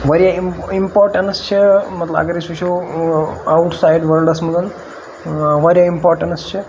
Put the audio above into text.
واریاہ im importance چھِ مطلب اگر أسۍ وٕچھو آوُٹ سایڈ وٲلڈَس منٛز واریاہ اِمپاٹَنٕس چھِ